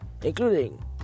Including